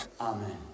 Amen